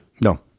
No